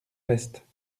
restes